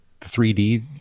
3D